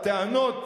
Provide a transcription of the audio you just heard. טענות,